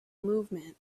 movement